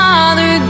Father